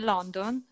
London